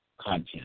content